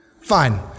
Fine